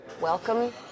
welcome